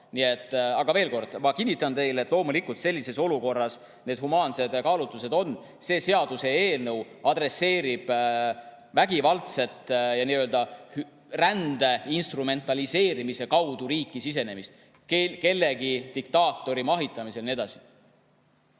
Aga veel kord: ma kinnitan teile, et loomulikult sellises olukorras [prevaleerivad] humaansed kaalutlused. See seaduseelnõu adresseerib vägivaldset ja rände instrumentaliseerimise abil riiki sisenemist mõne diktaatori mahitamisel ja